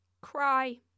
Cry